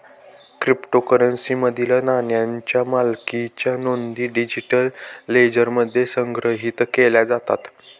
क्रिप्टोकरन्सीमधील नाण्यांच्या मालकीच्या नोंदी डिजिटल लेजरमध्ये संग्रहित केल्या जातात